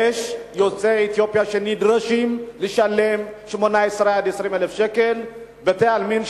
יש יוצאי אתיופיה שנדרשים לשלם 18,000 עד 20,000 שקל לבתי-עלמין